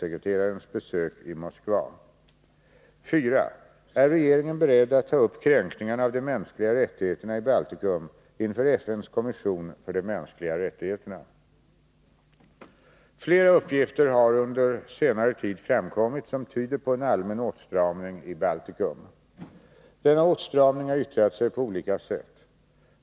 4. Är regeringen beredd att ta upp kränkningarna av de mänskliga rättigheterna i Baltikum inför FN:s kommission för de mänskliga rättigheterna? Flera uppgifter har under senare tid framkommit som tyder på en allmän åtstramning i Baltikum. Denna åtstramning har yttrat sig på olika sätt.